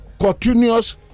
continuous